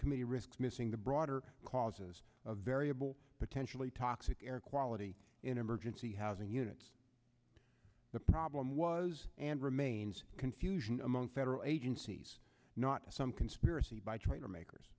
committee risks missing the broader cause of variable potentially toxic air quality in emergency housing units the problem was and remains confusion among federal agencies not to some conspiracy by train or makers